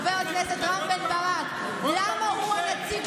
חבר הכנסת רם בן ברק, למה הוא נציג